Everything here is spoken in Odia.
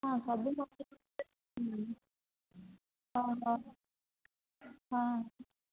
ହଁ ସବୁ ହଁ ହଁ ହଁ